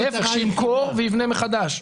להיפך, שימכור ויבנה מחדש.